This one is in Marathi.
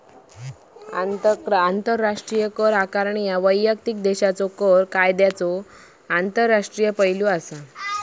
आंतरराष्ट्रीय कर आकारणी ह्या वैयक्तिक देशाच्यो कर कायद्यांचो आंतरराष्ट्रीय पैलू असा